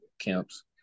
camps